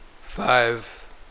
five